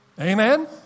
Amen